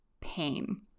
pain